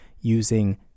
using